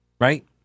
Right